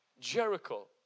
Jericho